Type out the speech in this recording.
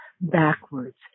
backwards